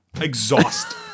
exhaust